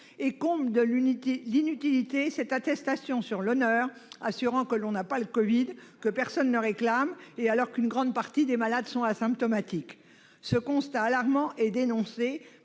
Le comble de l'inutilité est atteint par cette attestation sur l'honneur assurant que l'on n'a pas le covid, que personne ne réclame, alors même qu'une grande partie des malades sont asymptomatiques. Ce constat alarmant est dénoncé